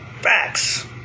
Facts